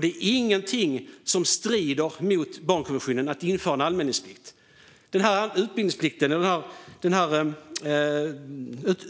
Det strider alltså inte mot barnkonventionen att införa en anmälningsplikt.